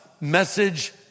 message